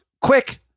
Quick